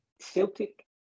Celtic